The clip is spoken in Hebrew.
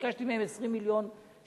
ביקשתי מהם 20 מיליון שקל,